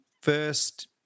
first